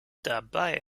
dabei